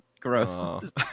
Gross